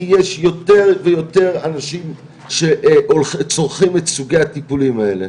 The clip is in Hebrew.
כי יש יותר ויותר אנשים שצורכים את סוגי הטיפולים האלה.